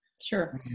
Sure